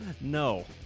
No